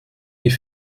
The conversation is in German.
die